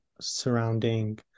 surrounding